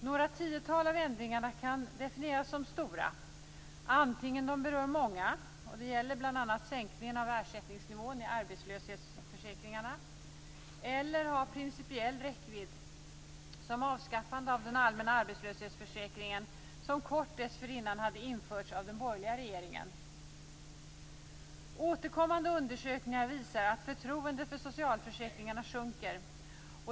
Några tiotal av ändringarna kan definieras som stora genom att de berör många - det gäller bl.a. sänkningen av ersättningsnivån i arbetslöshetsförsäkringarna - eller ha principiell räckvidd, som avskaffande av den allmänna arbetslöshetsförsäkringen, som kort dessförinnan hade införts av den borgerliga regeringen. Återkommande undersökningar visar att förtroendet för socialförsäkringarna sjunker.